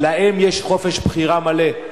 לאם יש חופש בחירה מלא,